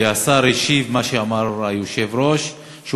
והשר השיב מה שאמר היושב-ראש: שהוא